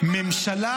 קוראים לו "ממשלה,